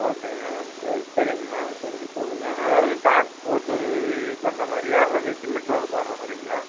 ஓகேங்க சரிங்கம்மா சரிங்க சொல்லுங்க அதாவது டார்ச் போட்டு இது பண்ணுற மாதிரியா அல்லது சிமிண்ட் ரோட் போடுற மாதிரிங்களா